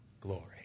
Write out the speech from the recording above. glory